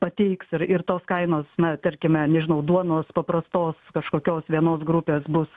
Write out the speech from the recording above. pateiks ir ir tos kainos na tarkime nežinau duonos paprastos kažkokios vienos grupės bus